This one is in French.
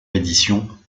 édition